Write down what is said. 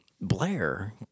Blair